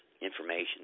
information